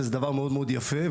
שזה דבר יפה מאוד,